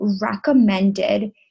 recommended